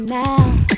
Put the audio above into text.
now